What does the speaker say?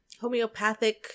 Homeopathic